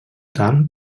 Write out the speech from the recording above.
tal